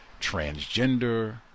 transgender